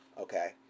okay